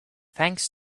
thanks